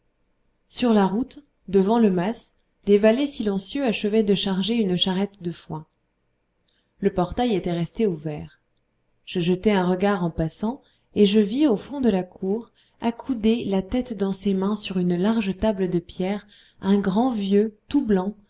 sur la route devant le mas des valets silencieux achevaient de charger une charrette de foin le portail était resté ouvert je jetai un regard en passant et je vis au fond de la cour accoudé la tête dans ses mains sur une large table de pierre un grand vieux tout blanc